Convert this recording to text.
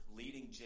leading